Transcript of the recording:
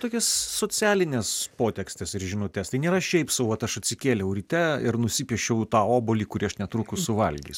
tokias socialines potekstes ir žinutes tai nėra šiaip sau vat aš atsikėliau ryte ir nusipiešiau tą obuolį kurį aš netrukus suvalgys